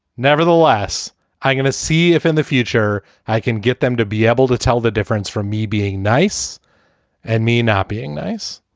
nevertheless, i got to see if in the future i can get them to be able to tell the difference from me being nice and me not being nice.